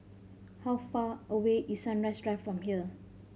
how far away is Sunrise Drive from here